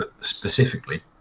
specifically